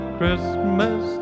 Christmas